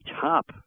top